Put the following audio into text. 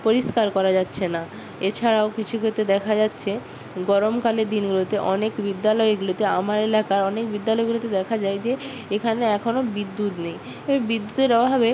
পরিষ্কার করা যাচ্ছে না এছাড়াও কিছু ক্ষেত্রে দেখা যাচ্ছে গরমকালে দিনগুলোতে অনেক বিদ্যালয়গুলোতে আমার এলাকার অনেক বিদ্যালয়গুলিতে দেখা যায় যে এখানে এখনও বিদ্যুৎ নেই ওই বিদ্যুতের অভাবে